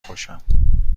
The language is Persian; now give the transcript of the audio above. کشم